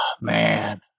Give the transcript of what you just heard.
Man